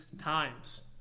times